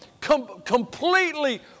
completely